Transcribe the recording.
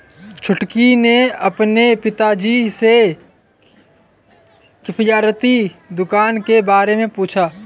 छुटकी ने अपने पिताजी से किफायती दुकान के बारे में पूछा